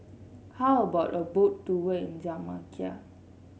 how about a Boat Tour in Jamaica